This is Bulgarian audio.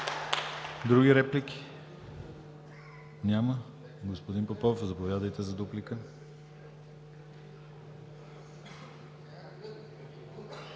Други реплики? Няма. Господин Попов, заповядайте за дуплика.